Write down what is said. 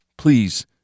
please